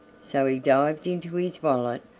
so he dived into his wallet,